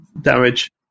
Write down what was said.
damage